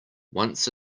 once